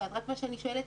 אני שואלת